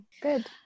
Good